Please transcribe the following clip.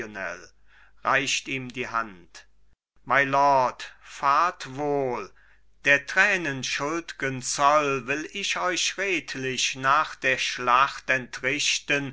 reicht ihm die hand mylord fahrt wohl der tränen schuldgen zoll will ich euch redlich nach der schlacht entrichten